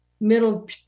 middle